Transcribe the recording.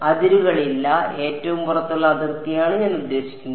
അതിരുകളില്ല ഏറ്റവും പുറത്തുള്ള അതിർത്തിയാണ് ഞാൻ ഉദ്ദേശിക്കുന്നത്